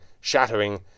shattering